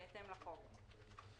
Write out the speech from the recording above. בהתאם לחוק.